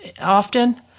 often